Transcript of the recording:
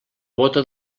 bóta